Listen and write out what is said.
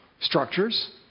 structures